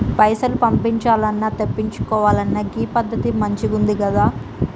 పైసలు పంపించాల్నన్నా, తెప్పిచ్చుకోవాలన్నా గీ పద్దతి మంచిగుందికదా